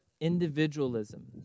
individualism